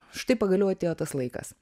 štai pagaliau atėjo tas laikas